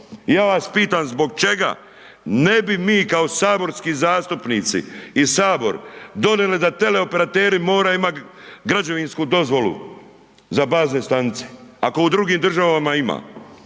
ja vas pitam zbog čega? Ne bi mi kao saborski zastupnici i Sabor donijeli da teleoperateri moraju imati građevinsku dozvolu za bazne stanice, ako u drugim država ima